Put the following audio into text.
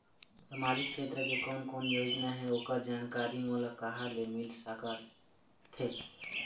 सामाजिक क्षेत्र के कोन कोन योजना हे ओकर जानकारी मोला कहा ले मिल सका थे?